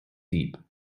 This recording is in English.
deep